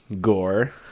gore